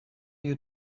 you